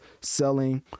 selling